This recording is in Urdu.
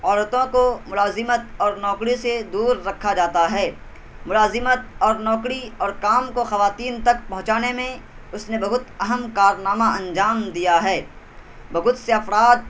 عورتوں کو ملازمت اور نوکری سے دور رکھا جاتا ہے ملازمت اور نوکری اور کام کو خواتین تک پہنچانے میں اس نے بہت اہم کارنامہ انجام دیا ہے بہت سے افراد